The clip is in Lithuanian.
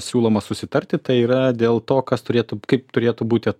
siūloma susitarti tai yra dėl to kas turėtų kaip turėtų būti